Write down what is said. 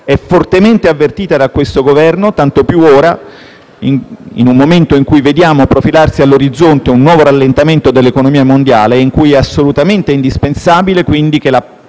è fortemente avvertita da questo Governo, tanto più in un momento in cui vediamo profilarsi all'orizzonte un nuovo rallentamento dell'economia mondiale e in cui è assolutamente indispensabile che la